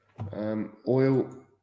Oil